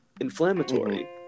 inflammatory